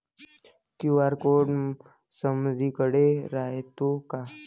QR code समदीकडे रायतो का?